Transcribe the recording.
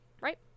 Right